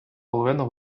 половину